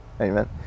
amen